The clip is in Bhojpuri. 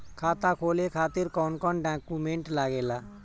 खाता खोले खातिर कौन कौन डॉक्यूमेंट लागेला?